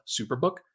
Superbook